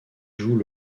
jouent